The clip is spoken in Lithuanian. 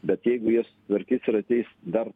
bet jeigu jie sutvarkys ir ateis dar